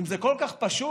אם זה כל כך פשוט,